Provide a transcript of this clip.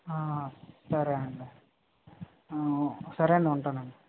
సరే అండి సరే అండి ఉంటాను